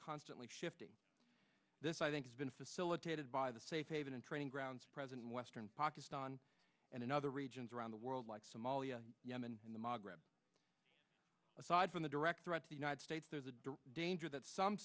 constantly shifting this i think has been facilitated by the safe haven and training grounds present in western pakistan and in other regions around the world like somalia yemen in the magreb aside from the direct threat to the united states there's a direct danger that some